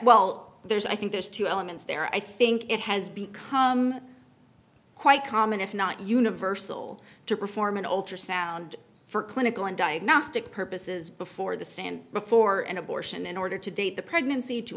well there's i think there's two elements there i think it has become quite common if not universal to perform an alter sound for clinical and diagnostic purposes before the sand before an abortion in order to date the pregnancy to